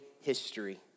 history